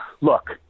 look